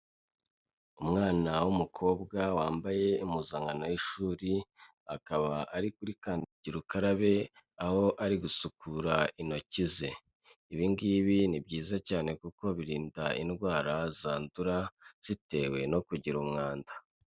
Umwana w'umukobwa wambaye impuzankano y'ishuri akaba ari kuri kandagirarukarabe aho ari gusukura intoki ze. Ibingibi ni byiza cyane kuko birinda indwara zandura zitewe no kugira umwanda.